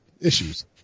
issues